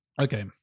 Okay